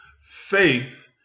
Faith